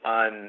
on